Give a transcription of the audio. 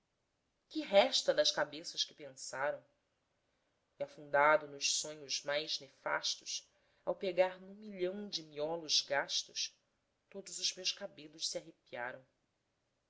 que resta das cabeças que pensaram e afundado nos sonhos mais nefastos ao pegar num milhão de miolos gastos todos os meus cabelos se arrepiaram